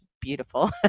beautiful